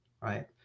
Right